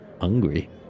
hungry